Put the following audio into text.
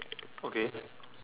okay